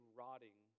rotting